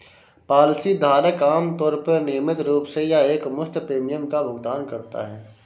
policy धारक आमतौर पर नियमित रूप से या एकमुश्त प्रीमियम का भुगतान करता है